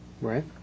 Right